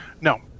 No